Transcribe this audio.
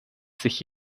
sich